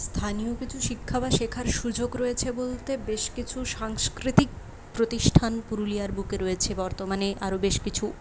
স্থানীয় কিছু শিক্ষা বা শেখার সুযোগ রয়েছে বলতে বেশ কিছু সাংস্কৃতিক প্রতিষ্ঠান পুরুলিয়ার বুকে রয়েছে বর্তমানে আরও বেশ কিছু